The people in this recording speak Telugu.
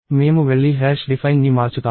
మేము వెళ్లి define ని మార్చుతాము